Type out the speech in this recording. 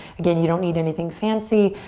again, you don't need anything fancy.